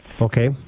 Okay